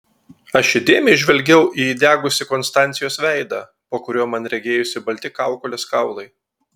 aš įdėmiai žvelgiau į įdegusį konstancijos veidą po kuriuo man regėjosi balti kaukolės kaulai